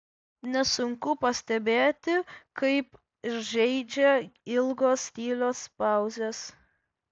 nesunku pastebėti kaip žeidžia ilgos tylios pauzės